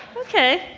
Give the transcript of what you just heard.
ok.